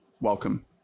Welcome